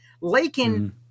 Lakin